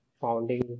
founding